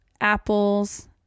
apples